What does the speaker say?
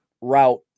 route